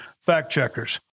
fact-checkers